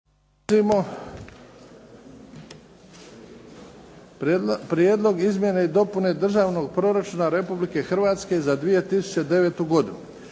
Prijedlog izmjena i dopuna Državnog proračuna Republike Hrvatske za 2009. godinu